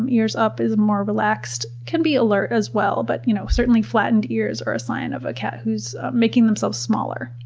ears up is more relaxed, can be alert as well but you know certainly flattened ears are a sign of a cat who's making themselves smaller.